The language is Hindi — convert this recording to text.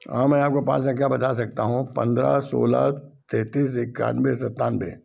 हाँ मैं आप को पाँच संख्या बता सकता हूँ पंद्रह सोलह तैंतीस इक्यानवे सत्तानवे